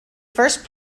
first